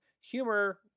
Humor